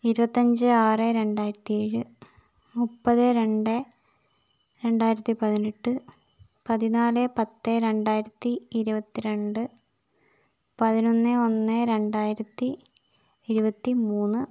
ഇരുപത്തഞ്ച് ആറ് രണ്ടായിരത്തിയേഴ് മുപ്പത് രണ്ട് രണ്ടായിരത്തി പതിനെട്ട് പതിനാല് പത്ത് രണ്ടായിരത്തി ഇരുപത്തിരണ്ട് പതിനൊന് ഒന്ന് രണ്ടായിരത്തി ഇരുപത്തിമൂന്ന്